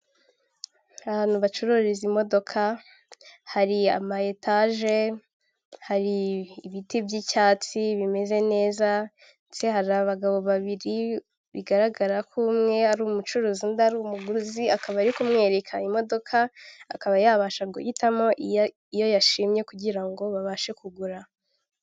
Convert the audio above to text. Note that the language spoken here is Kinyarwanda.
Ahantu bacururiza imodoka, hari amaetaje, hari ibiti by'icyatsi bimeze neza, ndetse hari abagabo babiri bigaragara ko umwe ari umucuruzi undi ari umuguzi, akaba ari kumwereka imodoka, akaba yabasha guhitamo iyo yashimye kugira ngo babashe kugura.